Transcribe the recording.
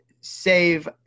save